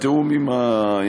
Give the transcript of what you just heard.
בתיאום עם המציע,